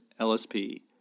LSP